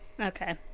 Okay